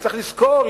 צריך לזכור,